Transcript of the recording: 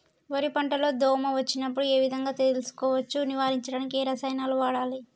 వరి పంట లో దోమ వచ్చినప్పుడు ఏ విధంగా తెలుసుకోవచ్చు? నివారించడానికి ఏ రసాయనాలు వాడాలి?